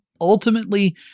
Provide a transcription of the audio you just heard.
Ultimately